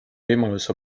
võimalus